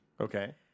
Okay